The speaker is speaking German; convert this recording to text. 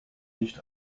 nicht